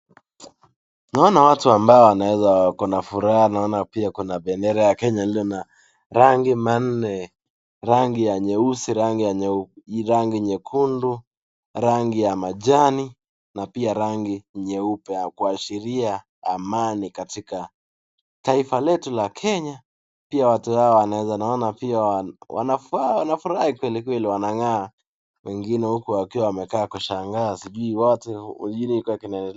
Naona watu ambao wanaeza kuwa na furaha, naona pia kuna bendera ya kenya iliyo na rangi manne, rangi ya nyeusi, rangi nyekundu, rangi ya majani, na pia rangi nyeupe ya kuashiria amani katika taifa letu la kenya. Pia hawa watu waneweza naona pia wanafurai kweli kweli wanangaa, wengine huku wakiwa wamekaa kushangaa sijui wote ujiri kinaendelea.